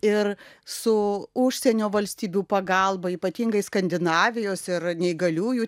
ir su užsienio valstybių pagalba ypatingai skandinavijos ir neįgaliųjų